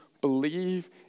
believe